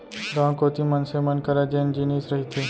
गाँव कोती मनसे मन करा जेन जिनिस रहिथे